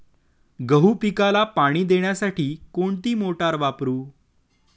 गहू पिकाला पाणी देण्यासाठी कोणती मोटार वापरू?